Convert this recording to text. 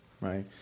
right